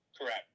Correct